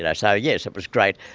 and so yes, it was great,